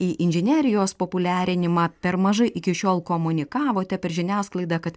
į inžinerijos populiarinimą per mažai iki šiol komunikavote per žiniasklaidą kad